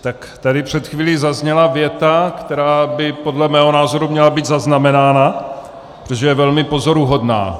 Tak tady před chvílí zazněla věta, která by podle mého názoru měla být zaznamenána, protože je velmi pozoruhodná.